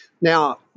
Now